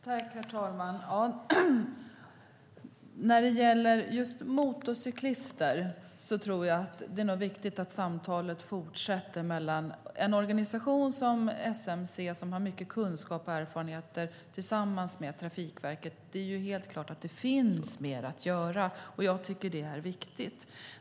Herr talman! När det gäller motorcyklister tror jag att det är viktigt att samtalet mellan en organisation som SMC som har mycket kunskap och erfarenheter och Trafikverket fortsätter. Det är helt klart att det finns mer att göra, och jag tycker att det är viktigt.